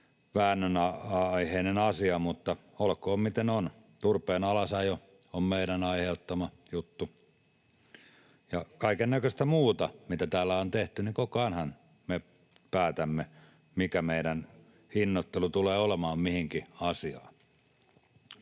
väännön aiheinen asia, mutta olkoon, miten on. Turpeen alasajo on meidän aiheuttama juttu, ja kaikennäköistä muuta, mitä täällä on tehty. Koko ajanhan me päätämme, mikä meidän hinnoittelu tulee olemaan mihinkin asiaan.